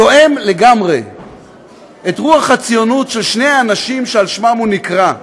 תואם לגמרי את רוח הציונות של שני האנשים שעל שמם הוא נקרא,